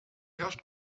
herrscht